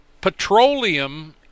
petroleum